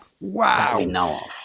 Wow